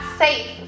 safe